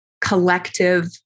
collective